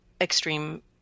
extreme